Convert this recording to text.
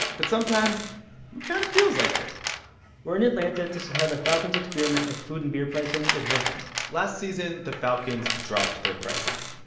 but sometimes, it kind of feels like it we're in atlanta to see how the falcons' experiment with food and beer pricing is working last season, the falcons dropped their prices.